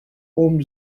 عمر